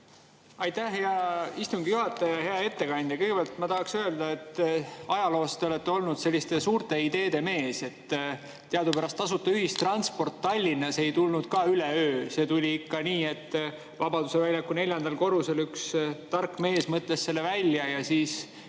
Aitäh, hea istungi juhataja! Hea ettekandja! Kõigepealt ma tahaksin öelda, et ajaloos te olete olnud selliste suurte ideede mees. Teadupärast tasuta ühistransport Tallinnas ei tulnud ka üleöö. See tuli ikka nii, et Vabaduse väljaku neljandal korrusel üks tark mees mõtles selle välja ja siis